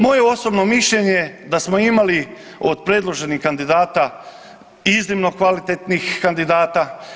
Moje osobno mišljenje da smo imali od predloženih kandidata iznimno kvalitetnih kandidata.